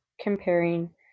comparing